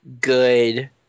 good